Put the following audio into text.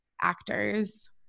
actors